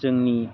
जोंनि